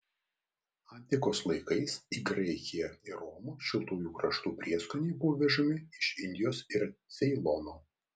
antikos laikais į graikiją ir romą šiltųjų kraštų prieskoniai buvo vežami iš indijos ir ceilono